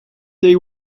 they